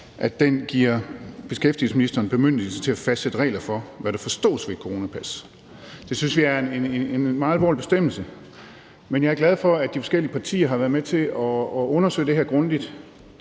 giver beskæftigelsesministeren bemyndigelse til at fastsætte regler for, hvad der forstås ved et coronapas. Det synes vi er en meget alvorlig bestemmelse, men jeg er glad for, at de forskellige partier har været med til at undersøge det her grundigt.